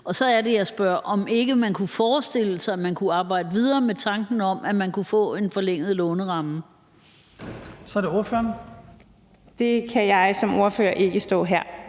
Så er det, jeg spørger, om ikke man kunne forestille sig, at man kunne arbejde videre med tanken om, at man kunne få en forlænget låneramme. Kl. 18:10 Den fg. formand (Hans